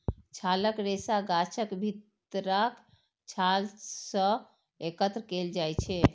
छालक रेशा गाछक भीतरका छाल सं एकत्र कैल जाइ छै